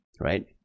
right